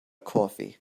coffee